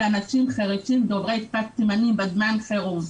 אנשים חירשים דוברי שפת סימנים בזמן חירום.